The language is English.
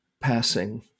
passing